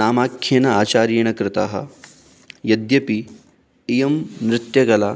नामाख्येन आचार्येण कृतः यद्यपि इयं नृत्यकला